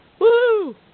woo